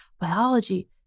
biology